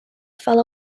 fell